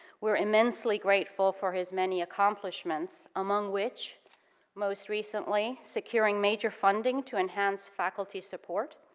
we're immensely grateful for his many accomplishments among which most recently securing major funding to enhance faculty support,